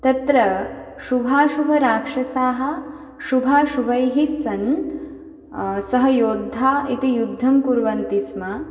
तत्र शुभाशुभराक्षसाः शुभाशुभैः सन् सहयोद्धा इति युद्धं कुर्वन्ति स्म